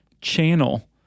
channel